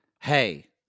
hey